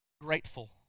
grateful